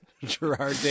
Gerard